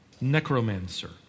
necromancer